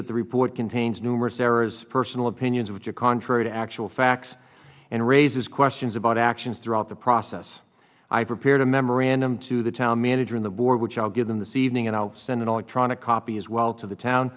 that the report contains numerous errors personal opinions which are contrary to actual facts and raises questions about actions throughout the process i prepared a memorandum to the town manager on the board which i'll give them the c evening and i'll send an electronic copy as well to the town